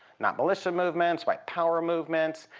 not militia movements, white power movements,